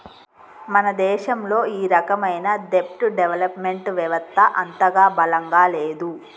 మన దేశంలో ఈ రకమైన దెబ్ట్ డెవలప్ మెంట్ వెవత్త అంతగా బలంగా లేదు